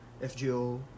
FGO